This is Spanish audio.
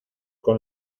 con